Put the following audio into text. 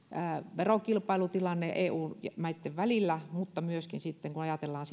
verokilpailutilanne eu maitten välillä mutta myöskin kun ajatellaan